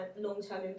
long-term